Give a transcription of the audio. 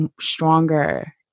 stronger